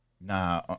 Nah